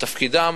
שתפקידם